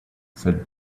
said